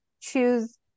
choose